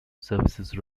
services